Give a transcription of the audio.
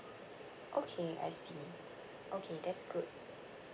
okay I see okay that's good